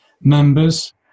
members